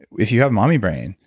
if you have mommy brain,